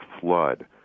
flood